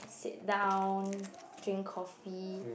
sit down drink coffee